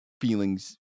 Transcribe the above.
feelings